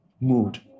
mood